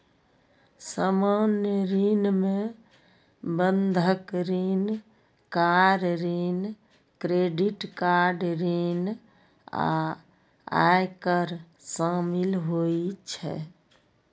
सामान्य ऋण मे बंधक ऋण, कार ऋण, क्रेडिट कार्ड ऋण आ आयकर शामिल होइ छै